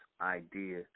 idea